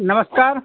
नमस्कार